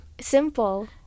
Simple